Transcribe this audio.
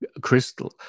Crystal